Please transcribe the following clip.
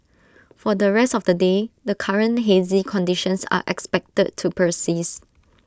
for the rest of the day the current hazy conditions are expected to process